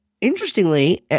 interestingly